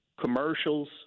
commercials